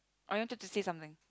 or you wanted to say something